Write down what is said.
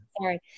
Sorry